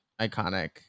iconic